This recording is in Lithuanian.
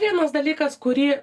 vienas dalykas kurį